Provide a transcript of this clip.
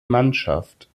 mannschaft